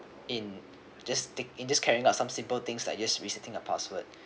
in just take in just carrying out some simple things like just resetting a password